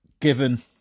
given